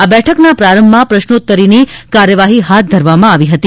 આ બેઠકના પ્રારંભમાં પ્રશ્નોત્તરીની કાર્યવાહી હાથ ધરવામાં આવી હતી